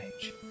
Age